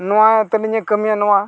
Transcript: ᱱᱚᱣᱟ ᱛᱟᱹᱞᱤᱧᱮ ᱠᱟᱹᱢᱤᱭᱟ ᱱᱚᱣᱟ